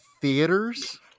theaters